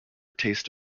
taste